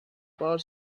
power